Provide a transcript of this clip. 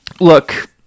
Look